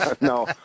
No